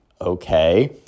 okay